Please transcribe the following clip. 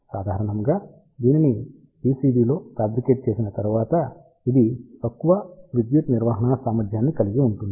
సాధారణంగా దీనిని పిసిబిలో ఫ్యాబ్రికేట్ చేసిన తరువాత ఇది తక్కువ విద్యుత్ నిర్వహణ సామర్థ్యాన్ని కలిగి ఉంటుంది